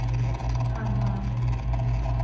ᱚ ᱦᱚᱸ